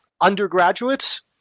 undergraduates